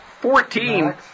Fourteen